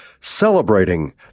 celebrating